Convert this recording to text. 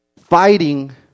fighting